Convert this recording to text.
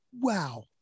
wow